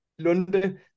Lunde